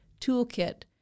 toolkit